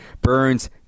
Burns